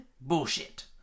bullshit